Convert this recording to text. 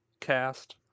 cast